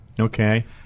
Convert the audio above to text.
Okay